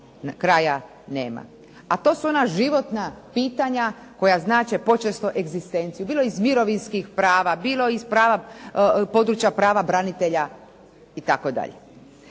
kraja nema. A to su ona životna pitanja koja znače počesto egzistenciju, bilo iz mirovinskih prava, bilo iz područja prava branitelja itd.